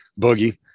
boogie